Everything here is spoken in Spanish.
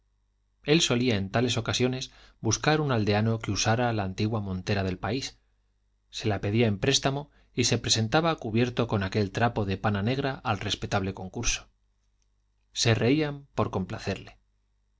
él solía en tales ocasiones buscar un aldeano que usara la antigua montera del país se la pedía en préstamo y se presentaba cubierto con aquel trapo de pana negra al respetable concurso se reían por complacerle